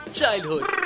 childhood